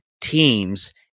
teams